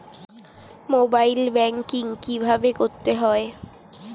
Mobile banking কীভাবে করতে হয়?